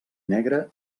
negre